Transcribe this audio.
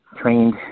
trained